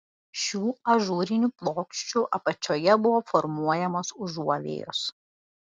šių ažūrinių plokščių apačioje buvo formuojamos užuovėjos